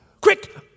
Quick